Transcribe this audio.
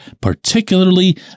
particularly